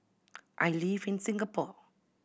I live in Singapore